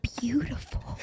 Beautiful